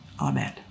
Amen